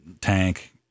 tank